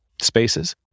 spaces